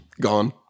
Gone